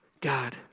God